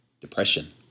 depression